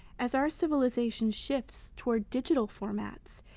as our civilization shifts toward digital formats,